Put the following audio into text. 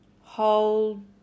Hold